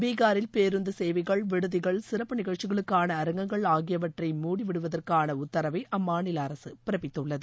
பீகாரில் பேருந்து சேவைகள் விடுதிகள் சிறப்பு நிகழ்ச்சிகளுக்கான அரங்கங்கள் ஆகியவற்றை மூடி விடுவதற்கான உத்தரவை அம்மாநில அரசு பிறப்பித்துள்ளது